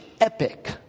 epic